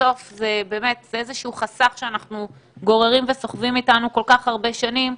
בסוף זה איזה שהוא חסך שאנחנו גוררים וסוחבים איתנו כל כך הרבה שנים,